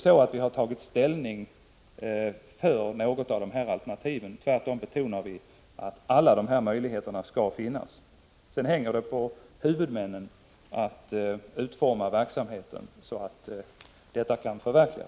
Vi har inte tagit ställning för något av de här alternativen, tvärtom betonar vi att alla dessa möjligheter skall finnas. Sedan hänger det på huvudmännen att utforma verksamheten så att propositionens intentioner kan förverkligas.